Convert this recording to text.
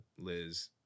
Liz